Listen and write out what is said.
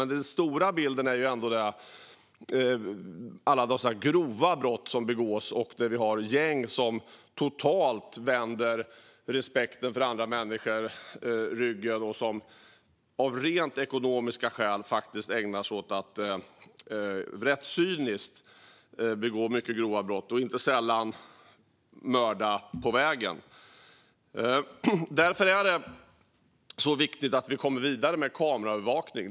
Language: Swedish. Men den stora bilden handlar ändå om alla dessa grova brott som begås och om gäng som totalt vänder respekten för andra människor ryggen och av rent ekonomiska skäl ägnar sig åt att rätt cyniskt begå mycket grova brott, inte sällan mord. Därför är det viktigt att vi kommer vidare med kameraövervakning.